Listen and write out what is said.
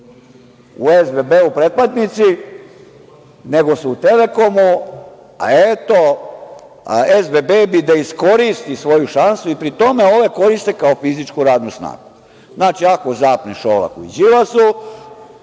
u SBB pretplatnici, nego su u „Telekomu“, a SBB bi da iskoristi svoju šansu i pri tome ove koriste kao fizičku radnu snagu. Znači, ako zapne Šolaku i Đilasu,